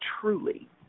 truly